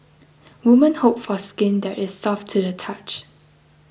women hope for skin that is soft to the touch